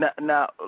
Now